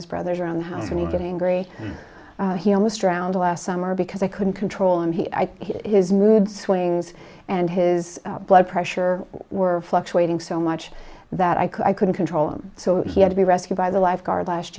his brothers around the house and he getting very he almost drowned last summer because they couldn't control him he has mood swings and his blood pressure were fluctuating so much that i couldn't control him so he had to be rescued by the lifeguard last